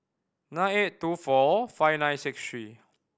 nine eight two four five nine six three